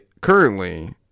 currently